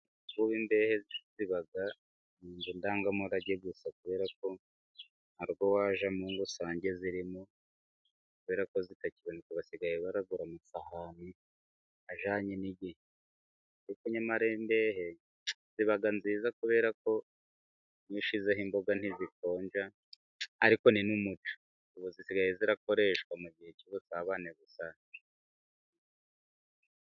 Kuri ubu imbehe ziba mu nzu ndangamurage gusa, kubera ko nta rugo wajyamo ngo usange ziririmo kubera ko zitakiboneka, basigaye bagura amasahane ajyanye n'igihe, nyamara imbehe ziba nziza kubera ko iyo ushyizeho imboga ntizikonja ariko ni n'umuco, ubu zisigaye zikoreshwa mu gihe cy'ubusabane gusa.